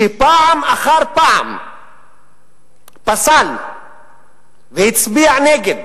שפעם אחר פעם פסל והצביע נגד